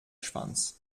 schwanz